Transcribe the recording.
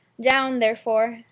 down, therefore,